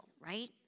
right